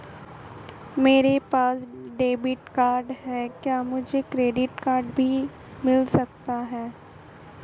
मेरे पास debit card है क्या मुझे क्रेडिट कार्ड भी मिल सकता है?